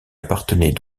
appartenait